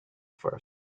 first